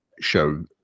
show